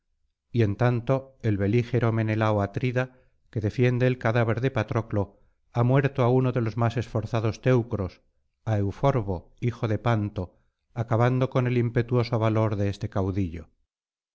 y en tanto el belígero menelao atrida que defiende el cadáver de patroclo ha muerto á uno de los más esforzados teucros á euforbo hijo de panto acabando con el impetuoso valor de este caudillo